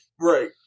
Right